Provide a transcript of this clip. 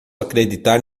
acreditar